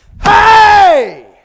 Hey